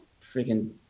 freaking